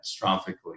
catastrophically